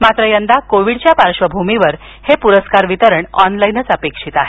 मात्र यंदा कोविडच्या पार्श्वभुमीवर हे पुरस्कार वितरण ऑनलाईनच अपेक्षित आहे